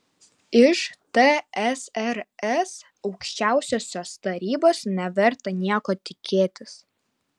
iš tsrs aukščiausiosios tarybos neverta nieko tikėtis